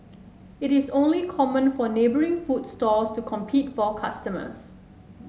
it is only common for neighbouring food stalls to compete for customers